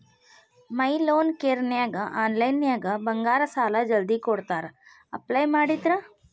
ಮೈ loan ಕೇರನ್ಯಾಗ ಆನ್ಲೈನ್ನ್ಯಾಗ ಬಂಗಾರ ಸಾಲಾ ಜಲ್ದಿ ಕೊಡ್ತಾರಾ ಅಪ್ಲೈ ಮಾಡಿದ್ರ